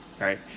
Right